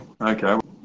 Okay